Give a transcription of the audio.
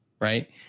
Right